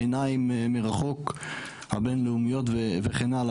העיניים מרחוק הבינלאומיות וכן הלאה,